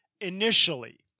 initially